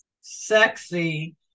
sexy